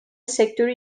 sektörü